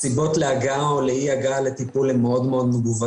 הסיבות להגעה או לאי הגעה לטיפול מאוד מגוונות.